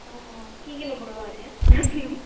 অঁ অঁ কি কি ল'ব বাৰু এতিয়া